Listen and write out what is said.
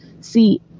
see